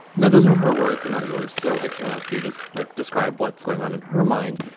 now, those are her words and not yours. so i can't ask you to so like describe what's going on in her mind,